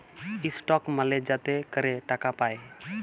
stock মালে যাতে ক্যরে টাকা পায়